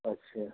अच्छा